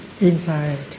inside